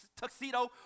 tuxedo